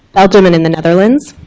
belgium, and in the netherlands.